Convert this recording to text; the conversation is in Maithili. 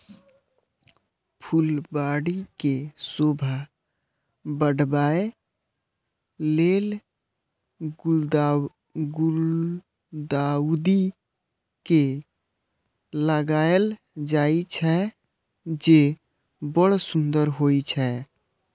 फुलबाड़ी के शोभा बढ़ाबै लेल गुलदाउदी के लगायल जाइ छै, जे बड़ सुंदर होइ छै